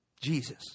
Jesus